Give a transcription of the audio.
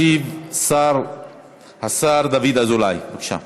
ישיב השר דוד אזולאי, בבקשה.